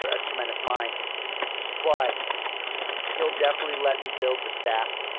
ah a tremendous mind but he'll definitely let me build the staff.